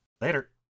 Later